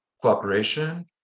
cooperation